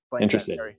interesting